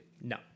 No